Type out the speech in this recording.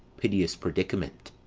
piteous predicament!